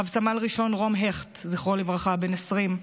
רב-סמל רום הכט, זכרו לברכה, בן 20,